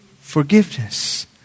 forgiveness